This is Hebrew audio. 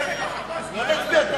נרגעתם?